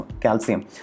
calcium